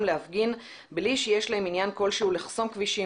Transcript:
להפגין בלי שיש להם עניין כלשהו לחסום כבישים,